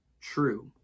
true